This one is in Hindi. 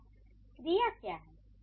यहाँ क्रिया क्या है